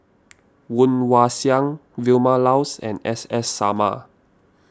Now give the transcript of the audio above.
Woon Wah Siang Vilma Laus and S S Sarma